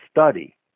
study